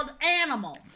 animal